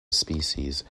species